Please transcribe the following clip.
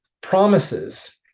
Promises